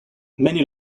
many